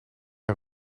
een